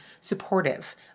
supportive